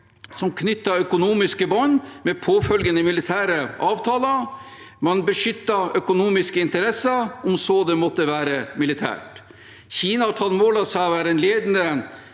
som knytter økonomiske bånd med påfølgende militære avtaler, og man beskytter økonomiske interesser, om så det måtte være militært. Kina har tatt mål av seg til å være en ledende